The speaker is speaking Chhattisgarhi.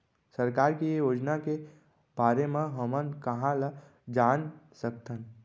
सरकार के योजना के बारे म हमन कहाँ ल जान सकथन?